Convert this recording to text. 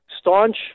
staunch